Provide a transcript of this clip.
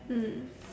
mm